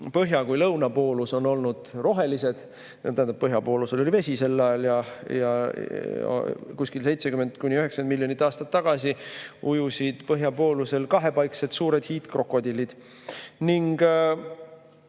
põhja‑ kui ka lõunapoolus on olnud rohelised. Tähendab, põhjapoolusel oli sel ajal vesi ja 70–90 miljonit aastat tagasi ujusid põhjapoolusel kahepaiksed, suured hiidkrokodillid.